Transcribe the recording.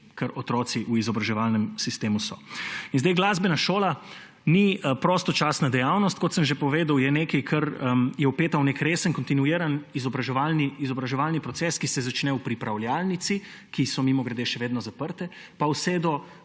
kar otroci v izobraževalnem sistemu so. Glasbena šola ni prostočasna dejavnost, kot sem že povedal, je nekaj, kar je vpeto v nek resen kontinuiran izobraževalni proces, ki se začne v pripravljalnici, ki so, mimogrede, še vedno zaprte, pa vse do